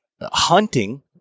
hunting